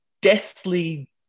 deathly